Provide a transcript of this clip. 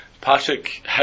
Patrick